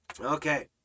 Okay